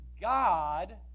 God